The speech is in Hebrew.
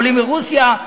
עולים מרוסיה,